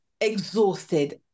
exhausted